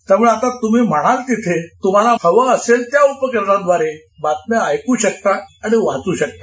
त्यामुळे आता तुम्ही म्हणाल तिथे तुम्हाला हवे असेल त्या उपकरणाद्वारे बातम्या वाचु शकता आणि ऐक शकता